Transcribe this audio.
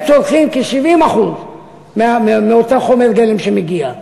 הם צורכים כ-70% מאותו חומר גלם שמגיע,